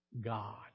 God